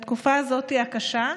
בתקופה הזאת, הקשה,